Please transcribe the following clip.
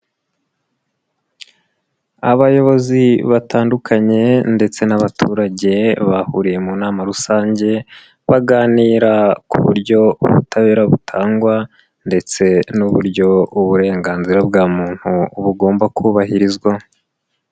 Abayobozi batandukanye ndetse n'abaturage bahuriye mu nama rusange, baganira ku buryo ubutabera butangwa ndetse n'uburyo uburenganzira bwa muntu bugomba kubahirizwa.